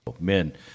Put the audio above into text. men